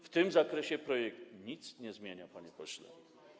W tym zakresie projekt nic nie zmienia, panie pośle.